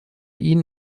ihn